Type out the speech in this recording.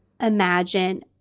imagine